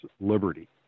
liberty